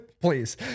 Please